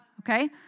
okay